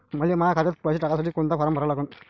मले माह्या खात्यात पैसे टाकासाठी कोंता फारम भरा लागन?